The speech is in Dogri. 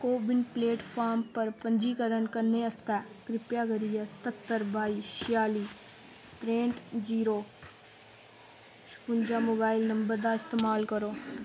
कोविन प्लेटफार्म पर पंजीकरण करने आस्तै कृपा करियै सत्हत्तर बाई छेयाली त्रेंह्ठ जीरो छपुंजा मोबाइल नंबर दा इस्तमाल करो